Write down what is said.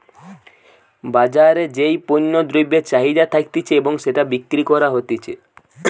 বাজারে যেই পণ্য দ্রব্যের চাহিদা থাকতিছে এবং সেটা বিক্রি করা হতিছে